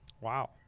Wow